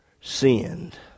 sinned